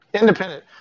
Independent